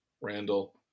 Randall